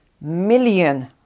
million